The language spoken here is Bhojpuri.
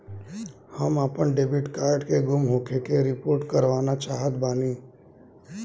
हम आपन डेबिट कार्ड के गुम होखे के रिपोर्ट करवाना चाहत बानी